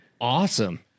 awesome